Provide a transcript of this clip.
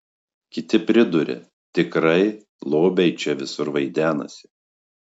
kiti priduria tikrai lobiai čia visur vaidenasi